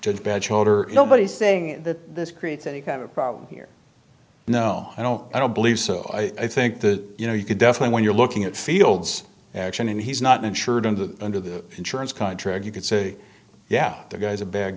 judge badge holder nobody's saying that this creates any kind of problem here no i don't i don't believe so i think that you know you could definitely when you're looking at fields action and he's not insured under the under the insurance contract you could say yeah the guy's a bad